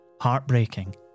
Heartbreaking